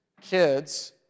kids